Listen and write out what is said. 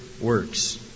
works